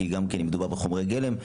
כי גם מדובר בחומרי גלם.